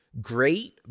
great